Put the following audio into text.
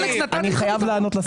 אני חייב לענות לשר.